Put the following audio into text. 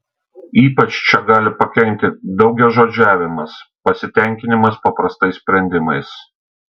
ypač čia gali pakenkti daugiažodžiavimas pasitenkinimas paprastais sprendimais